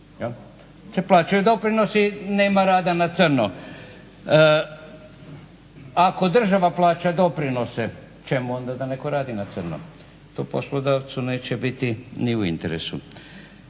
plaćaju doprinosi nema rada na crno. Ako država plaća doprinose čemu onda da netko radi na crno. To poslodavcu neće biti ni u interesu.